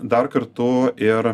dar kartu ir